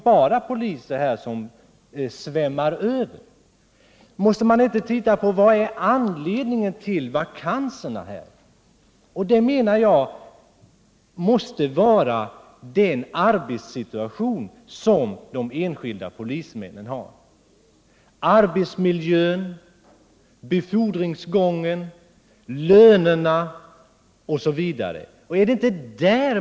Jag anser att orsaken måste vara de 13 april 1978 enskilda polismännens arbetssituation. Måste man inte förändra arbetsmiljön, befordringsgången, lönerna osv.?